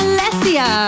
Alessia